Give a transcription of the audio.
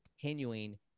continuing